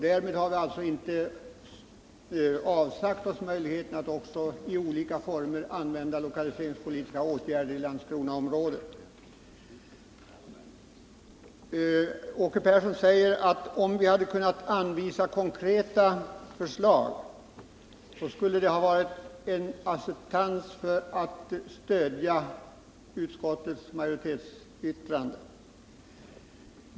Vi har således inte avsagt oss möjligheten att i olika former använda lokaliseringspolitiska åtgärder i Landskronaområdet. Om utskottet hade kunnat anvisa konkreta förslag, skulle Åke Persson ha kunnat acceptera att stödja utskottsmajoriteten.